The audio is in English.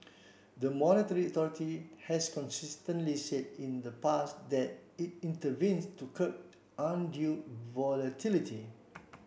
the monetary authority has consistently said in the past that it intervenes to curb undue volatility